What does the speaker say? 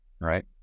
Right